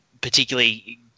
particularly